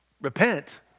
repent